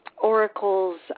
oracles